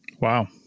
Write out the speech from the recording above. Wow